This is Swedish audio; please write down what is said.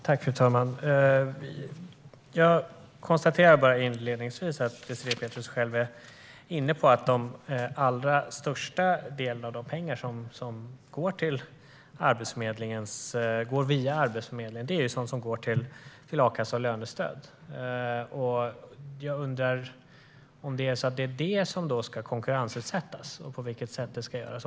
Fru talman! Jag konstaterar inledningsvis att Désirée Pethrus är inne på att största delen av de pengar som går via Arbetsförmedlingen är sådant som går till a-kassa och lönestöd. Jag undrar om det är detta som ska konkurrensutsättas och på vilket sätt det ska göras.